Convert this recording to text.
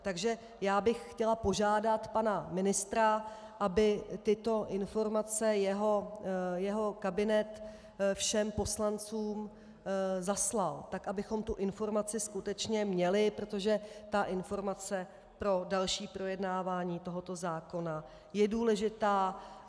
Takže já bych chtěla požádat pana ministra, aby tyto informace jeho kabinet všem poslancům zaslal, tak abychom tuto informaci skutečně měli, protože ta informace pro další projednávání tohoto zákona je důležitá.